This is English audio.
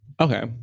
Okay